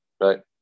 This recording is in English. right